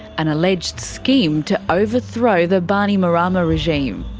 an alleged scheme to overthrow the bainimarama regime.